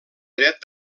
dret